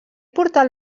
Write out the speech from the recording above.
portal